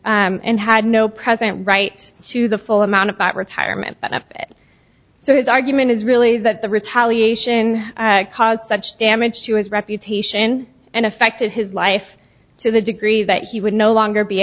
and had no present right to the full amount of retirement benefit so his argument is really that the retaliation caused such damage to his reputation and affected his life to the degree that he would no longer be